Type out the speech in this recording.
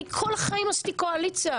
אני כל החיים עשיתי קואליציה,